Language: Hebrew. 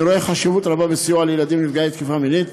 אני רואה חשיבות רבה בסיוע לילדים נפגעי תקיפה מינית,